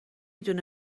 دونه